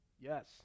yes